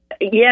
Yes